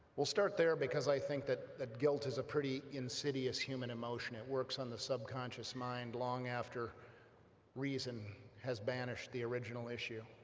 we'll start there because i think that guilt is a pretty insidious human emotion, it works on the subconscious, mind long after reason has banished the original issue